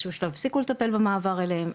שהוא שלב הפסיקו לטפל במעבר אליהם,